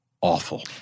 awful